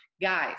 Guys